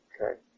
Okay